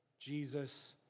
Jesus